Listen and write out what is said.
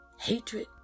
Hatred